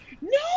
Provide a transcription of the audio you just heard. no